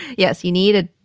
yes, you need it.